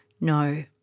no